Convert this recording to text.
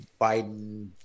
Biden